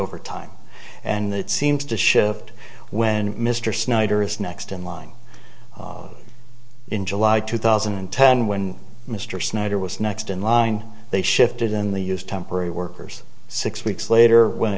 over time and that seems to shift when mr snyder is next in line in july two thousand and ten when mr snyder was next in line they shifted in the use temporary workers six weeks later when